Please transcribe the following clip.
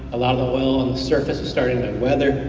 a lot of the oil on the surface was starting to weather